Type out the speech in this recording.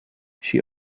she